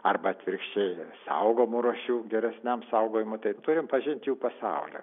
arba atvirkščiai saugomų rūšių geresniam saugojimui tai turim pažint jų pasaulį